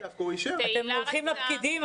אתם הולכים לפקידים?